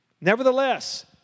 Nevertheless